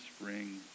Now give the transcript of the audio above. spring